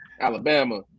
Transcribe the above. Alabama